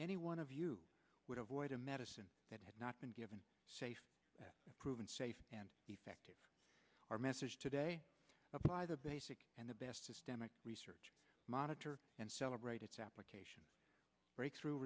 any one of you would avoid a medicine that had not been given safe proven safe and effective our message today by the basic and the best systemic research monitor and celebrate its application breakthrough